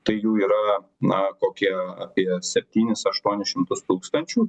tai jų yra na kokie apie septynis aštuonis šimtus tūkstančių